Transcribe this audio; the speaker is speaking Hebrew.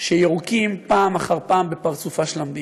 שיורקים פעם אחר פעם בפרצופה של המדינה.